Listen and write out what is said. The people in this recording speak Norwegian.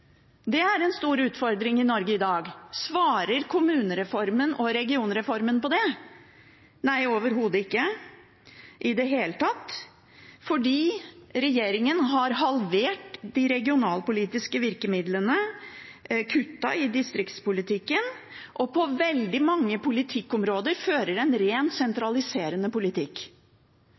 Det er en stor utfordring i Norge i dag. Svarer kommune- og regionreformen på det? Ikke i det hele tatt, for regjeringen har halvert de regionalpolitiske virkemidlene, kuttet i distriktspolitikken og fører en sentraliserende politikk på veldig mange politikkområder.